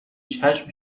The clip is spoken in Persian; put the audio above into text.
چشم